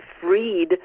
freed